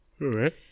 right